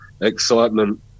excitement